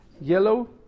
yellow